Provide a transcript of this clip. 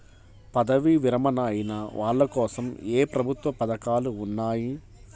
పదవీ విరమణ అయిన వాళ్లకోసం ఏ ప్రభుత్వ పథకాలు ఉన్నాయి?